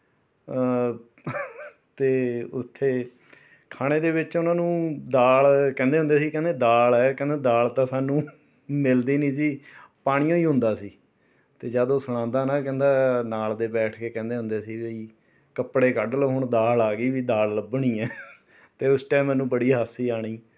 ਅਤੇ ਉੱਥੇ ਖਾਣੇ ਦੇ ਵਿੱਚ ਉਨ੍ਹਾਂ ਨੂੰ ਦਾਲ ਕਹਿੰਦੇ ਹੁੰਦੇ ਸੀ ਕਹਿੰਦੇ ਦਾਲ ਹੈ ਕਹਿੰਦੇ ਦਾਲ ਤਾਂ ਸਾਨੂੰ ਮਿਲਦੀ ਨਹੀਂ ਸੀ ਪਾਣੀ ਓ ਹੀ ਹੁੰਦਾ ਸੀ ਅਤੇ ਜਦ ਉਹ ਸੁਣਾਉਂਦਾ ਨਾ ਕਹਿੰਦਾ ਨਾਲ ਦੇ ਬੈਠ ਕੇ ਕਹਿੰਦੇ ਹੁੰਦੇ ਸੀ ਬਈ ਕੱਪੜੇ ਕੱਢ ਲਉ ਹੁਣ ਦਾਲ ਆ ਗਈ ਵੀ ਦਾਲ ਲੱਭਣੀ ਹੈ ਅਤੇ ਉਸ ਟਾਇਮ ਮੈਨੂੰ ਬੜੀ ਹਾਸੀ ਆਉਣੀ